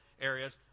areas